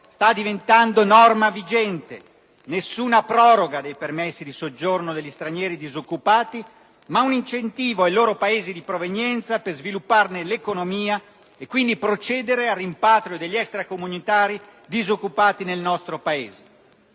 sta diventando norma vigente. Nessuna proroga dei permessi di soggiorno degli stranieri disoccupati, ma un incentivo ai loro Paesi di provenienza per svilupparne l'economia e quindi procedere al rimpatrio degli extracomunitari disoccupati nel nostro Paese.